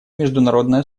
международное